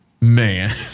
man